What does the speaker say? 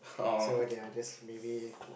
so ya just maybe